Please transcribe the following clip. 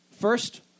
First